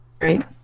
Right